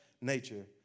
nature